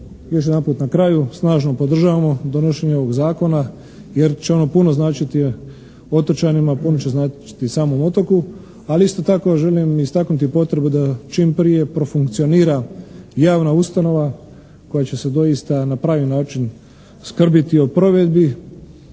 još jedanput na kraju snažno podržavamo donošenje ovog zakona jer će ono puno značiti otočanima, puno će značiti samom otoku, ali isto tako želim istaknuti potrebu da čim prije profunkcionira javna ustanova koja će se doista na pravi način skrbiti o provedbi